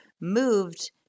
moved